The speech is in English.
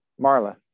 Marla